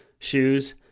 shoes